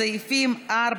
סעיפים 4,